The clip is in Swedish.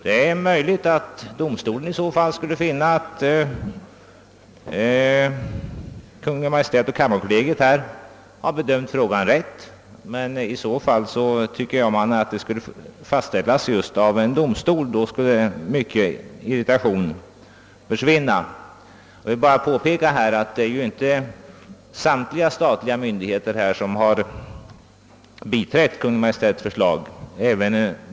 Det är möjligt att domstolen i så fall skulle finna att Kungl. Maj:t och kammarkollegiet har bedömt frågan rätt, men om detta fastställdes av en domstol skulle mycken irritation försvinna. Jag vill också påpeka att alla statliga myndigheter inte har biträtt Kungl. Maj:ts förslag.